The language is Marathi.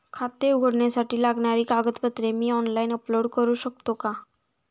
खाते उघडण्यासाठी लागणारी कागदपत्रे मी ऑनलाइन अपलोड करू शकतो का?